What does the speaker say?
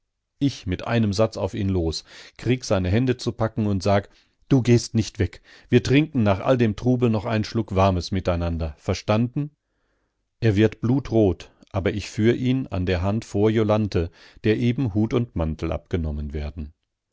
ich mit einem satz auf ihn los krieg seine hände zu packen und sag du gehst nicht weg wir trinken nach all dem trubel noch einen schluck warmes miteinander verstanden er wird blutrot aber ich führ ihn an der hand vor jolanthe der eben hut und mantel abgenommen werden